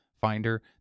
Finder